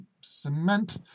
cement